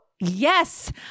yes